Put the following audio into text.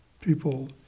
people